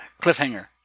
Cliffhanger